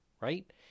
right